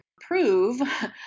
prove